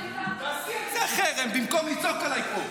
תעשי על זה חרם במקום לצעוק עליי פה.